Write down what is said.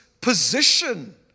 position